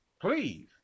Please